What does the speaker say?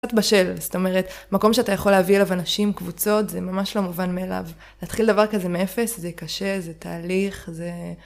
קצת בשל, זאת אומרת, מקום שאתה יכול להביא אליו אנשים, קבוצות, זה ממש לא מובן מאליו. להתחיל דבר כזה מאפס זה קשה, זה תהליך, זה...